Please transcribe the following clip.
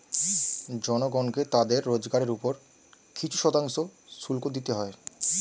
জনগণকে তাদের রোজগারের উপর কিছু শতাংশ শুল্ক দিতে হয়